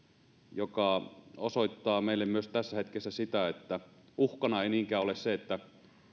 joka osoittaa meille myös tässä hetkessä sitä että uhkana ei niinkään ole se että